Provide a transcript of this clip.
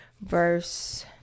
verse